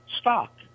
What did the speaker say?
stock